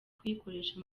kuyikoresha